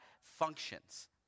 functions